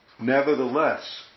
Nevertheless